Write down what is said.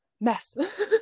mess